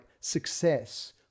success